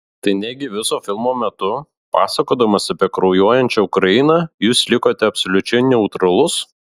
tai negi viso filmo metu pasakodamas apie kraujuojančią ukrainą jūs likote absoliučiai neutralus